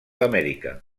amèrica